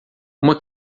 uma